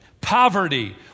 Poverty